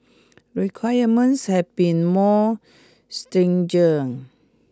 requirements have been more stringent